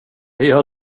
gör